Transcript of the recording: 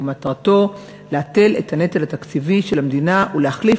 ומטרתה להקל את הנטל התקציבי על המדינה ולהחליף